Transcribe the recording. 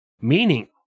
meaning